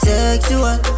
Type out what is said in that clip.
Sexual